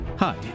Hi